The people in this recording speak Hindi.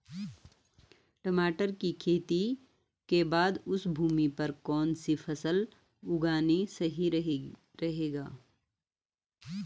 टमाटर की खेती के बाद उस भूमि पर कौन सी फसल उगाना सही रहेगा?